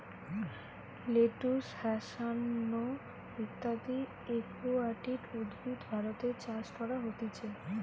lettuce, hyacinth ইত্যদি aquatic উদ্ভিদ ভারতে চাষ করা হতিছে